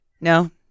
No